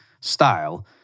style